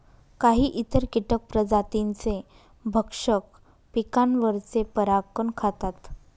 काही इतर कीटक प्रजातींचे भक्षक पिकांवरचे परागकण खातात